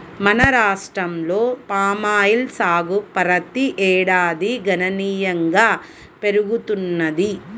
మన రాష్ట్రంలో పామాయిల్ సాగు ప్రతి ఏడాదికి గణనీయంగా పెరుగుతున్నది